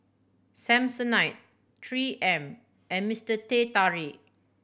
Samsonite Three M and Mister Teh Tarik